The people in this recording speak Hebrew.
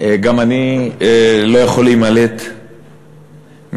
גם אני לא יכול להימלט מהתייחסות